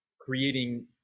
creating